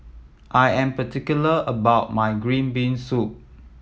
I am particular about my green bean soup